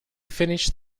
finished